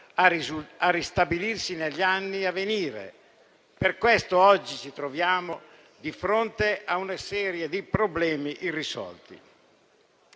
a ristabilirsi negli anni a venire. Per questo oggi ci troviamo di fronte a una serie di problemi irrisolti.